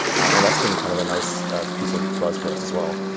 and that's been kind of a nice piece of buzz for us as well.